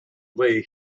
lay